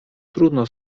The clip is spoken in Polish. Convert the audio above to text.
trudno